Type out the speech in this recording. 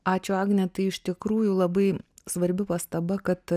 ačiū agne tai iš tikrųjų labai svarbi pastaba kad